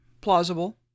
Plausible